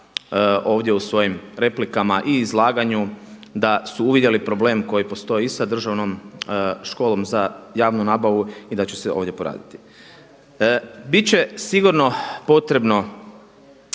ovdje u svojim replikama i izlaganju, da su uvidjeli problem koji postoji i sa Državnom školom za javnu nabavu i da će se ovdje poraditi. Bit će sigurno potrebno